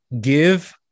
give